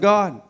God